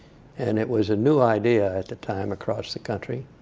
and it was a new idea, at the time, across the country.